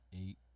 Eight